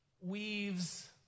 weaves